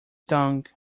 tongue